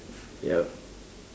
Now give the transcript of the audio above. yup